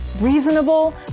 reasonable